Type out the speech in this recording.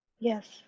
Yes